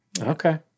Okay